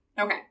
Okay